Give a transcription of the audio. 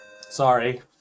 Sorry